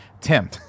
Tim